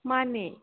ꯃꯥꯅꯦ